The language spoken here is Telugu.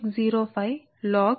కాబట్టి ఇది మీ 33 సరే సమీకరణం